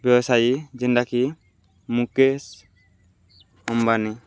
ବ୍ୟବସାୟୀ ଯେନ୍ଟାକି ମୁକେଶ୍ ଅମ୍ବାନୀ